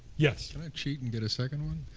yeah cheat and get a second one?